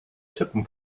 tippen